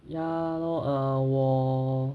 ya lor err 我